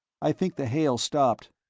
i think the hail's stopped.